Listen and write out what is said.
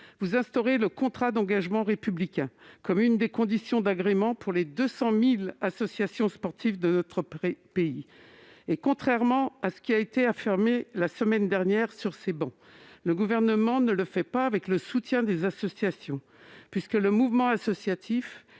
vous instaurez le contrat d'engagement républicain comme une des conditions d'agrément pour les 200 000 associations sportives de notre pays. Contrairement à ce qui a été affirmé, la semaine dernière, sur ces travées, le Gouvernement ne le fait pas avec le soutien des associations, puisque le mouvement associatif,